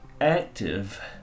active